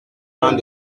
dans